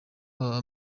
aba